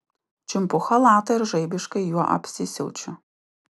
čiumpu chalatą ir žaibiškai juo apsisiaučiu